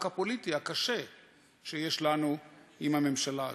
הפוליטי הקשה שיש לנו עם הממשלה הזאת,